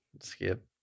skip